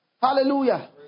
Hallelujah